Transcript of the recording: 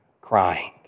crying